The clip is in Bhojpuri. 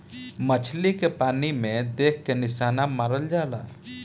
मछली के पानी में देख के निशाना मारल जाला